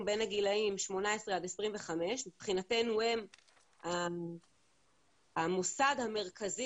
בין הגילאים 18 עד 25. מבחינתנו הם המוסד המרכזי,